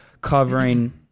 covering